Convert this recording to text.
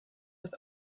with